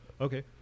Okay